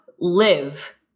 live